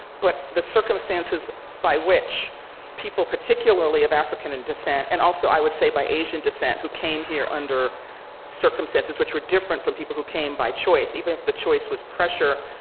but the circumstances by which people particularly of african and descent, and also i would say by asian descent who came here under circumstances which were different from people who came by choice, even if the choice was pressure,